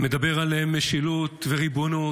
אתה מדבר על משילות וריבונות.